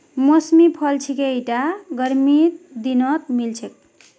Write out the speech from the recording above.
मौसमी फल छिके ईटा गर्मीर दिनत मिल छेक